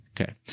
Okay